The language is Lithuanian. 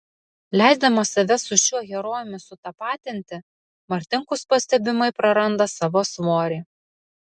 leisdamas save su šiuo herojumi sutapatinti martinkus pastebimai praranda savo svorį